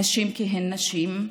נשים כי הן נשים?